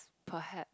perhaps